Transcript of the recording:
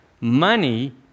money